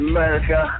America